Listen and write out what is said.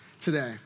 today